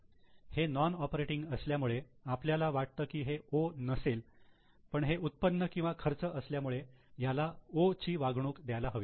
हे non operating असल्यामुळे आपल्याला वाटतं की हे 'O' नसेल पण हे उत्पन्न किंवा खर्च असल्यामुळे ह्याला 'O' ची वागणूक द्यायला हवी